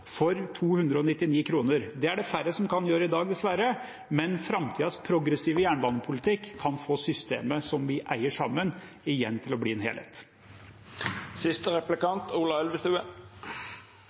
for 299 kr. Det er det dessverre færre som kan gjøre i dag, men framtidas progressive jernbanepolitikk kan få systemet som vi eier sammen, til å bli en helhet